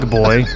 boy